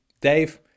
Dave